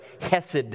Hesed